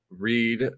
read